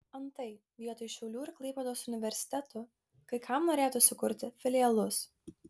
antai vietoj šiaulių ir klaipėdos universitetų kai kam norėtųsi kurti filialus